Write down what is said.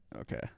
Okay